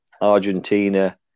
Argentina